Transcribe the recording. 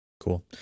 Cool